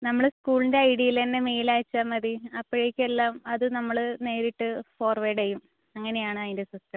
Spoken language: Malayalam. നമ്മുടെ സ്കൂളിൻ്റെ ഐ ഡിയിൽ തന്നെ മെയിലയച്ചാൽ മതി അപ്പോഴേക്കും എല്ലാം അത് നമ്മൾ നേരിട്ട് ഫോർവേഡ് ചെയ്യും അങ്ങനെയാണ് അതിൻ്റെ സിസ്റ്റം